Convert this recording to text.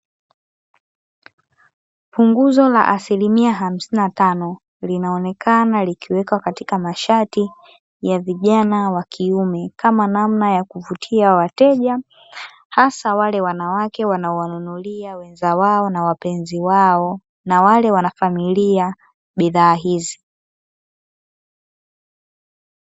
Punguzo la asilimia hamsini na tano linaonekana likiwekwa katika mashati ya vijana wa kiume kama namna ya kuvutia wateja hasa wale wanawake wanaowanunulia wenza wao na wale wana familia bidhaa hizi.